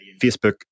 Facebook